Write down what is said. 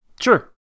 Sure